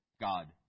God